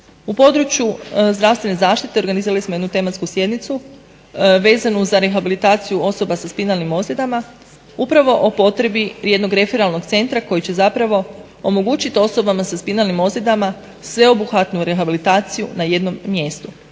U području zdravstvene zaštite organizirali smo jednu tematsku sjednicu vezanu za rehabilitaciju osoba sa spinalnim ozljedama upravo o potrebi jednog referalnog centra koji će zapravo omogućiti osobama sa spinalnim ozljedama sveobuhvatnu rehabilitaciju na jednom mjestu